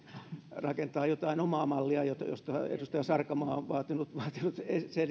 rakentamaan jotain omaa malliaan josta edustaja sarkomaa on vaatinut vaatinut